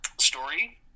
story